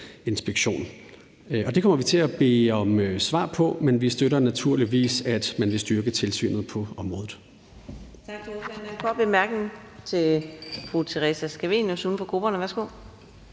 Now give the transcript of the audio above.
Det kommer vi til at bede om svar på, men vi støtter naturligvis, at man vil styrke tilsynet på området.